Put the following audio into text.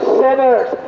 sinners